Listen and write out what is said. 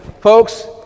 Folks